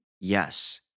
yes